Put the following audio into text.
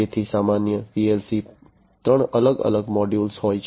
તેથી સામાન્ય પીએલસીમાં ત્રણ અલગ અલગ મોડ્યુલ હોય છે